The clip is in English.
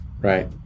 Right